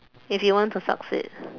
if you want to succeed